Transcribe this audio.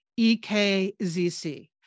EKZC